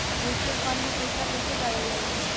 Mutual fund मे पईसा कइसे डालल जाला?